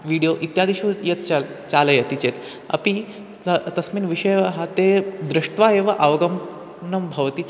video इत्यादिषु यत् चलति चालयति चेत् अपि त तस्मिन् विषये ते दृष्ट्वा एव अवगमनं भवति